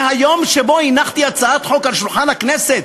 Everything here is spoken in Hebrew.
מהיום שבו הנחתי הצעת חוק על שולחן הכנסת,